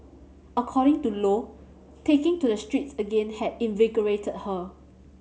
according to Lo taking to the streets again had invigorated her